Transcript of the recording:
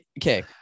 okay